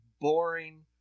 Boring